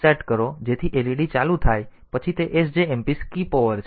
6 set કરો જેથી led ચાલુ થાય પછી તે sjmp સ્કીપ ઓવર છે